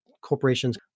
corporations